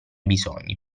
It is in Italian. bisogni